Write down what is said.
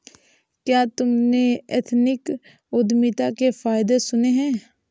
क्या तुमने एथनिक उद्यमिता के फायदे सुने हैं?